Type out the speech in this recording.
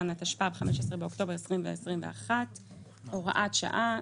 התשפ"ב,15 באוקטובר 2021. הוראת שעה.